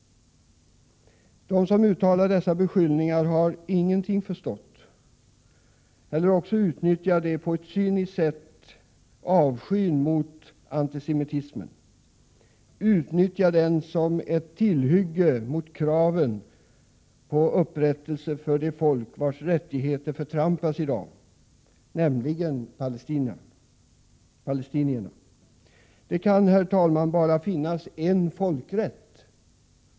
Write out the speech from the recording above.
De som uttalar dessa beskyllningar har inte förstått någonting, eller också utnyttjar de på ett cyniskt sätt avskyn mot antisemitismen. De utnyttjar den som ett tillhygge mot kraven på upprättelse för det folk, vars rättigheter i dag förtrampas — nämligen palestinierna. Herr talman! Det kan bara finnas en folkrätt.